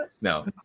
No